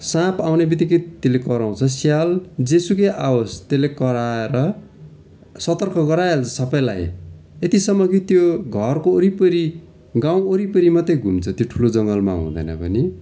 साँप आउनु बितिक्कै त्यसले कराउँछ स्याल जेसुकै आवोस् त्यसले कराएर सतर्क गराइहाल्छ सबलाई यतिसम्म कि त्यो घरको वरिपरि गाउँ वरिपरि मात्रै घुम्छ त्यो ठुलो जङ्गलमा हुँदैन पनि